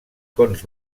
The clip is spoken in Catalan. cons